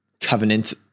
covenant